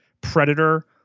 predator